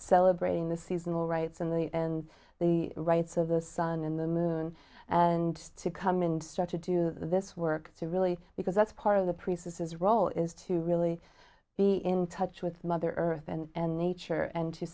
celebrating the seasonal rights and the and the rights of the sun and the moon and to come in and start to do this work to really because that's part of the priests is role is to really be in touch with mother earth and nature and to